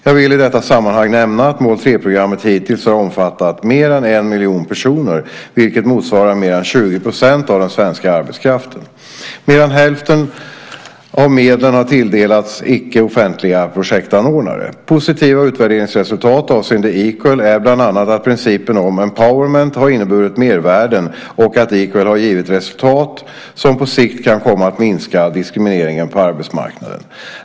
Jag vill i detta sammanhang nämna att mål 3-programmet hittills har omfattat mer än en miljon personer, vilket motsvarar mer än 20 % av den svenska arbetskraften. Mer än hälften av medlen har tilldelats icke offentliga projektanordnare. Positiva utvärderingsresultat avseende Equal är bland annat att principen om "empowerment" har inneburit mervärden och att Equal har givit resultat som på sikt kan komma att minska diskrimineringen på arbetsmarknaden.